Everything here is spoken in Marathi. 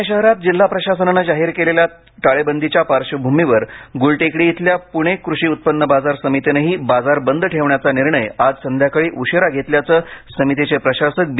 पुणे शहरात जिल्हा प्रशासनाने जाहीर केलेल्या ताळेबंदच्या पार्श्वभूमीवर गुलटेकडी इथल्या प्णे कृषी उत्पन्न बाजार समितीनेही बाजार बंद ठेवण्याचा निर्णय आज संध्याकाळी उशिरा घेतल्याचे समितीचे प्रशासक बी